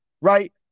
right